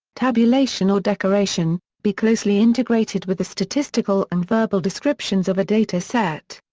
tabulation or decoration. be closely integrated with the statistical and verbal descriptions of a data set.